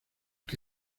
que